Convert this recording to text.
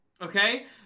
Okay